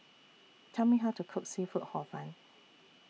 Tell Me How to Cook Seafood Hor Fun